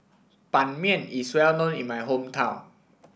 Ban Mian is well known in my hometown